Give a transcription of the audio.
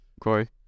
Corey